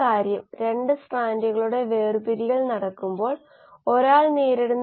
കൂടാതെ ഇത് സമയത്തിന് r2 മോളുകളുടെ നിരക്കിൽ B ലേക്ക് പരിവർത്തനം ചെയ്യപ്പെടുന്നു